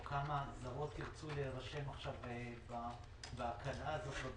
או כמה ירצו להירשם בהקלה הזאת?